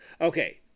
Okay